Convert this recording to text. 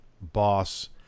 boss